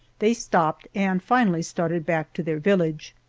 they stopped, and finally started back to their village.